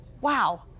Wow